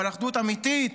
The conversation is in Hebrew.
אבל אחדות אמיתית,